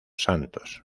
santos